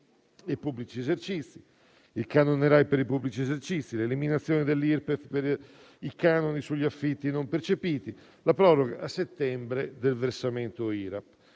al canone RAI per i pubblici esercizi, all'eliminazione dell'Irpef per i canoni sugli affitti non percepiti, alla proroga a settembre del versamento IRAP.